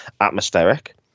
atmospheric